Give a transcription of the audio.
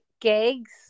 gigs